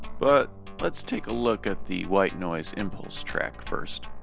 but let's take a look at the white noise impulse track first.